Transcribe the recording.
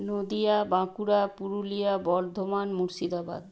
Nadia Bankura Purulia Bardhaman Murshidabad